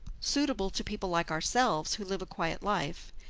suitable to people like ourselves, who live a quiet life.